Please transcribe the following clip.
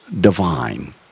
divine